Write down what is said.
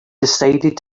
decided